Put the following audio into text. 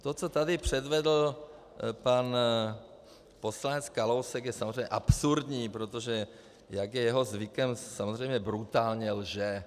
To, co tady předvedl pan poslanec Kalousek, je samozřejmě absurdní, protože jak je jeho zvykem, samozřejmě brutálně lže.